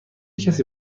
کسی